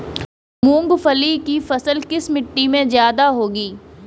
मूंगफली की फसल किस मिट्टी में ज्यादा होगी?